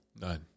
None